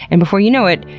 and before you know it,